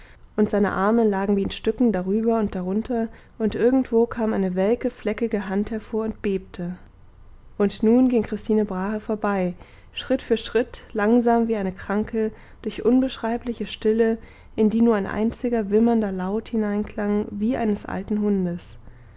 und seine arme lagen wie in stücken darüber und darunter und irgendwo kam eine welke fleckige hand hervor und bebte und nun ging christine brahe vorbei schritt für schritt langsam wie eine kranke durch unbeschreibliche stille in die nur ein einziger wimmernder laut hineinklang wie eines alten hundes